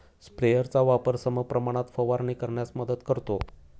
स्प्रेयरचा वापर समप्रमाणात फवारणी करण्यास मदत करतो